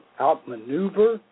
outmaneuver